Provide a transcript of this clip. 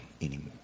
anymore